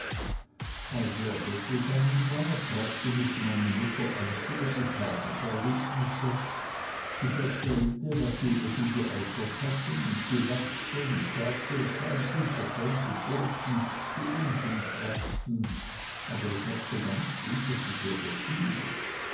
als er weggegangen war fragte mich meine mutter aus über die tageserlebnisse ich erzählte was sie über sie geäußert hatten und sie lachte und sagte es seien unverschämte burschen die unsinn schwatzten aber ich merkte ganz gut daß es ihr gefiel